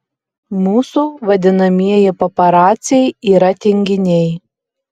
mūsų vadinamieji paparaciai yra tinginiai